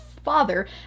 Father